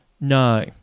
No